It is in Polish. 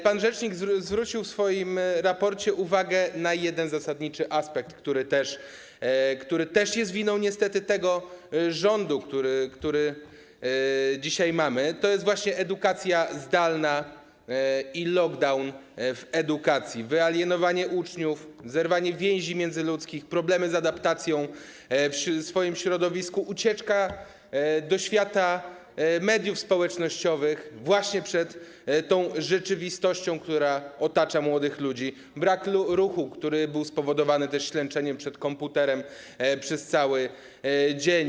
Pan rzecznik zwrócił w swoim raporcie uwagę na jeden zasadniczy aspekt, który niestety też jest winą tego rządu, który dzisiaj mamy - edukację zdalną i lockdown w edukacji, wyalienowanie uczniów, zerwanie więzi międzyludzkich, problemy z adaptacją w swoim środowisku, ucieczkę do świata mediów społecznościowych właśnie przed rzeczywistością, która otacza młodych ludzi, brak ruchu, który był spowodowany ślęczeniem przed komputerem przez cały dzień.